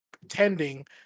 pretending